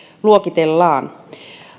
luokitellaan